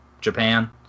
Japan